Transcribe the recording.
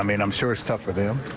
i mean, i'm sure it's tough for them.